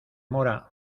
mora